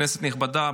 כנסת נכבדה,